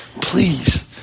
please